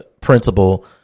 principle